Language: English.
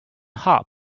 hop